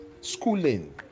schooling